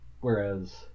whereas